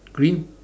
green